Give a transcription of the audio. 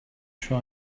try